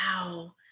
Wow